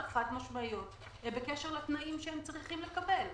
חד משמעיות בקשר לתנאים שהם צריכים לקבל.